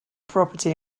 property